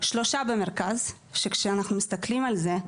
שלושה במרכז שכשאנחנו מסתכלים על זה,